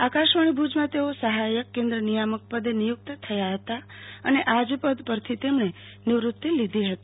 આકાશવાણી ભુજમાં તેઓ સહાયક કેન્દ્ર નિમાયક પદે નિયુક્ત થયા હતા અને આજપદ પરથી તેમણે નિવૃત્તિ લીધી હતી